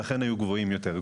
שאכן היו גבוהים יותר.